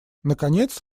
наконец